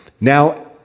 Now